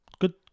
good